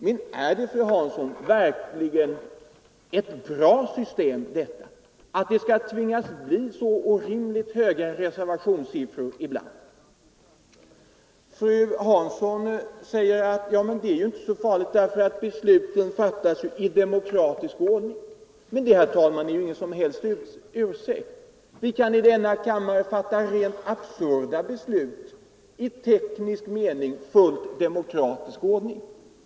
Men är det, fru Hansson, verkligen ett bra system som ibland ger så orimligt höga reservationssiffror? Fru Hansson säger att det inte är så farligt därför att beslutet fattas i demokratisk ordning. Men, herr talman, detta är ingen som helst ursäkt. Vi kan i denna kammare fatta rent absurda beslut i fullt demokratiska former.